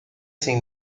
sin